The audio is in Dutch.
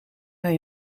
hij